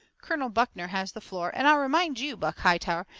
colonel buckner has the floor. and i'll remind you, buck hightower,